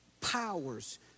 powers